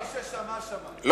מי ששמע, שמע.